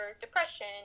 depression